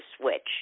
switch